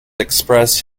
expressed